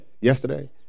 yesterday